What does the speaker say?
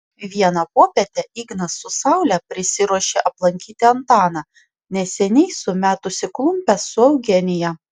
vieną popietę ignas su saule prisiruošė aplankyti antaną neseniai sumetusį klumpes su eugenija